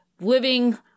living